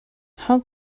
how